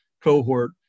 Cohort